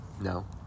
No